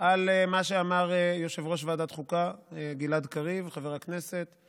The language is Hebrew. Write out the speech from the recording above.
על מה שאמר יושב-ראש ועדת החוקה חבר הכנסת גלעד קריב.